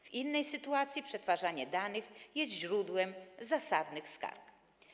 W innej sytuacji przetwarzanie danych jest źródłem zasadnych skarg.